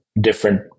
different